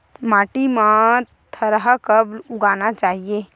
माटी मा थरहा कब उगाना चाहिए?